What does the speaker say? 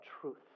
truth